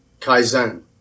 Kaizen